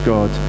God